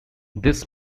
this